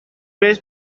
vez